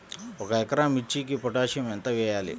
ఒక ఎకరా మిర్చీకి పొటాషియం ఎంత వెయ్యాలి?